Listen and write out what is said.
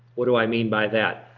what do i mean by that?